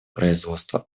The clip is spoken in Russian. производство